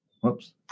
Whoops